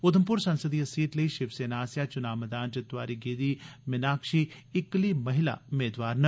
उधमप्र संसदीय सीट लेई शिवसेना आसेआ चुनां मैदान च तोआरी गेदी मीनाक्षी इक्कली महिला मेदवार न